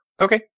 Okay